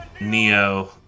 Neo